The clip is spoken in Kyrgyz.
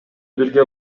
бирге